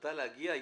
מבחינתה להגיע.